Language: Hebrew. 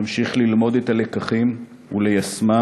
נמשיך ללמוד את הלקחים וליישמם,